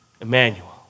Emmanuel